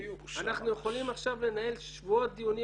אנחנו יכולים לנהל עכשיו שבועות דיונים